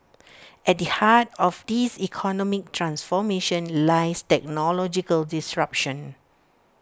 at the heart of this economic transformation lies technological disruption